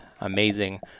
amazing